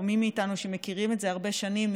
או מי מאיתנו שמכירים את זה הרבה שנים,